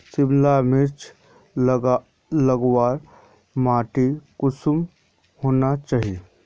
सिमला मिर्चान लगवार माटी कुंसम होना चही?